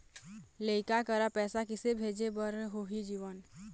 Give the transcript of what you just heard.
लइका करा पैसा किसे भेजे बार होही जीवन